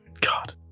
God